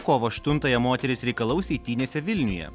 kovo aštuntąją moterys reikalaus eitynėse vilniuje